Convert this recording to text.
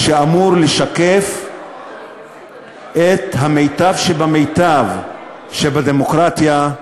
שאמור לשקף את המיטב שבמיטב שבדמוקרטיה,